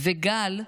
גל,